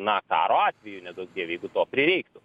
na karo atveju neduok dieve jeigu to prireiktų